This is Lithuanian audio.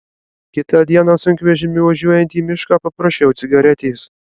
kitą dieną sunkvežimiu važiuojant į mišką paprašiau cigaretės